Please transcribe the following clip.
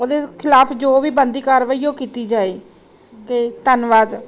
ਉਹਦੇ ਖਿਲਾਫ ਜੋ ਵੀ ਬਣਦੀ ਕਾਰਵਾਈ ਹੈ ਉਹ ਕੀਤੀ ਜਾਵੇ ਅਤੇ ਧੰਨਵਾਦ